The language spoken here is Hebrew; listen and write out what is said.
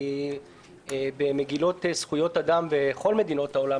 כי במגילות זכויות אדם בכל מדינות העולם